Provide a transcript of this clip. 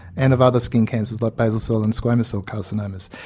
and of other skin cancers like basal cell and squamous cell carcinomas.